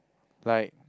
like